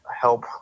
help